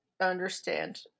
understand